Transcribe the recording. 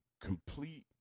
complete